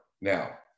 Now